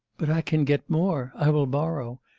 but i can get more. i will borrow.